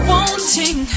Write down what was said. Wanting